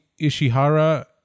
Ishihara